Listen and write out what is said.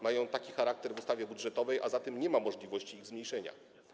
Mają taki charakter w ustawie budżetowej, a zatem nie ma możliwości ich zmniejszenia.